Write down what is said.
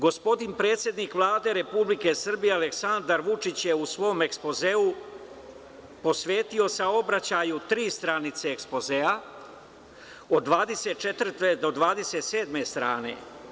Gospodin predsednik Vlade Republike Srbije Aleksandar Vučić je u svom ekspozeu posvetio saobraćaju tri stranice ekspozea, od 24 do 27 strane.